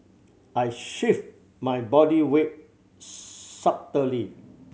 I shift my body weight subtly